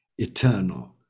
eternal